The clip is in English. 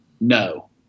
No